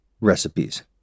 recipes